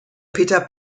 peter